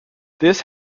this